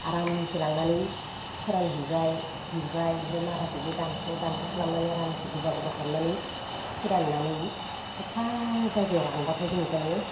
आरामसे लांनानै फोरानहैबाय जिरबाय ओमफ्राय मादाखोबो दानख' दानखा खालामनानै आरामसे गोबा गोबा खालामनानै फोराननानै साफा जायगायाव रानब्लाथाय जोङो थारमाने